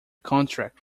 contract